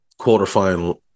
quarterfinal